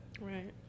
Right